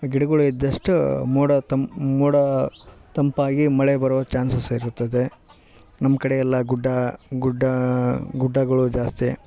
ಗಿಡಗಳ್ ಇದ್ದಷ್ಟು ಮೋಡ ತಮ್ ಮೋಡ ತಂಪಾಗಿ ಮಳೆ ಬರುವ ಚಾನ್ಸಸ್ ಇರುತ್ತದೆ ನಮ್ಮ ಕಡೆಯೆಲ್ಲ ಗುಡ್ಡ ಗುಡ್ದ ಗುಡ್ಡಗಳು ಜಾಸ್ತಿ